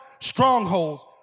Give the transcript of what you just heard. strongholds